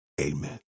amen